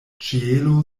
ĉielo